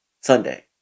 Sunday